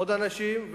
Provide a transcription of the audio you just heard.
עוד אנשים,